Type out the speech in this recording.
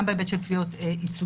גם בהיבט של תביעות ייצוגיות,